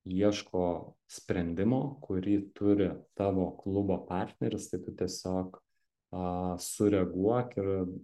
ieško sprendimo kurį turi tavo klubo partneris tai tu tiesiog a sureaguok ir